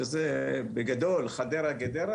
שזה בגדול חדרה-גדרה,